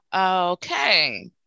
Okay